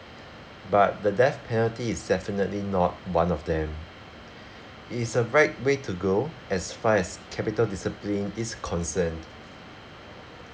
but the death penalty is definitely not one of them it is a right way to go as far as capital discipline is concerned